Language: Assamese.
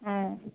অঁ